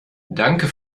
danke